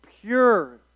pure